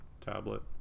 tablet